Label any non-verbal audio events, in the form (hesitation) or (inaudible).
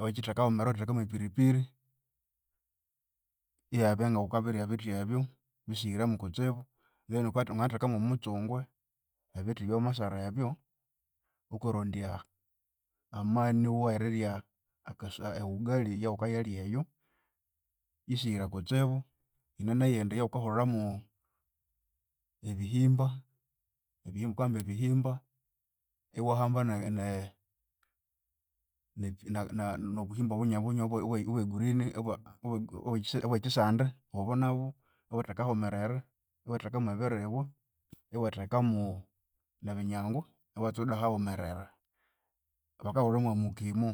iwakyitheka haghumerere iwatheka mwe piripiri iwabya nga wukabirya ebithi ebyo bisihiremu kutsibu then wuka wamathekamu omutsungwe ebithi ebyawamasara ebyo wukarondya amani werirya akasa eugali eyawukayalya eyo yisihire kutsibu. Yine neyindi yaghukahulhamu ebihimba, ebihimba wukahamba ebihimba, iwahamba na- ne (hesitation) nobuhimba bunyohobunyoho obwe green (hesitation) obwe obwekyisande, obonabu iwabutheka haghumerere, iwatheka mu ebiribwa, iwathekamu nebinyangwa, iwatsuda haghumerera, bakahulhamu mukimu.